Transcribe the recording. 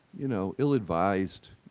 you know, ill-advised,